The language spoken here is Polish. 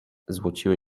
złociły